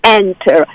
enter